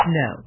no